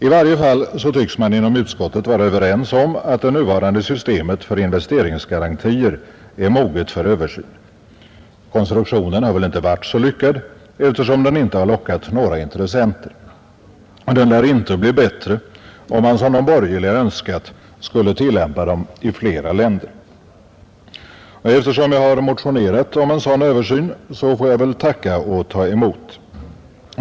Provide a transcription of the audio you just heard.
I varje fall tycks man inom utskottet vara överens om att det nuvarande systemet med investeringsgarantier är moget för översyn. Konstruktionen har väl inte varit så lyckad, eftersom den inte lockat några intressenter. Den lär inte bli bättre om man som de borgerliga önskat skulle tillämpa den i flera länder. Eftersom jag har motionerat om en sådan översyn, får jag väl tacka och ta emot.